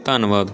ਧੰਨਵਾਦ